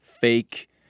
fake